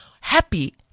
happy